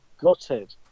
gutted